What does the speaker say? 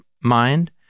mind